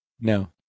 No